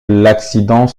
l’accident